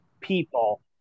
people